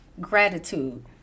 Gratitude